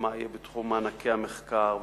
ומה יהיה בתחום מענקי המחקר?